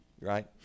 right